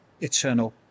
eternal